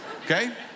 okay